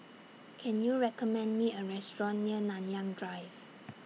Can YOU recommend Me A Restaurant near Nanyang Drive